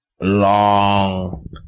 long